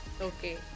okay